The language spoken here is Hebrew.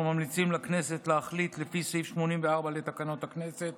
אנחנו ממליצים לכנסת להחליט לפי סעיף 84 לתקנון הכנסת